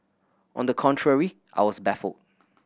on the contrary I was baffled